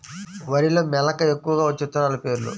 వరిలో మెలక ఎక్కువగా వచ్చే విత్తనాలు పేర్లు?